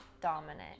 dominant